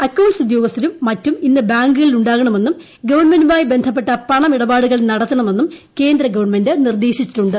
accounts ഉദ്യോഗസ്ഥരും മറ്റും ഇന്ന് ബാങ്കുകളിലുണ്ടാക ണമെന്നും ഗവൺമെന്റുമായി ബന്ധപ്പെട്ട പണമിടപാടുകൾ നടത്തണമെന്നും കേന്ദ്ര ഗവൺമെന്റ് നിർദ്ദേശിച്ചിട്ടുണ്ട്